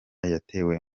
yatewe